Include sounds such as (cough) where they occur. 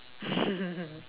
(laughs)